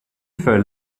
for